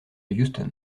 houston